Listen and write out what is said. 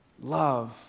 love